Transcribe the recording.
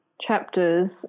chapters